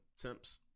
temps